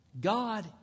God